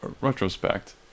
retrospect